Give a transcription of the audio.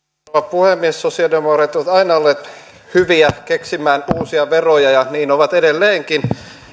puhemies sosialidemokraatit ovat aina olleet hyviä keksimään uusia veroja ja niin ovat edelleenkin